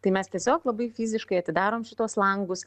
tai mes tiesiog labai fiziškai atidarom šituos langus